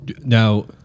Now